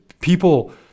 people